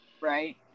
Right